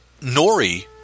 nori